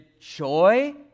joy